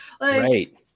Right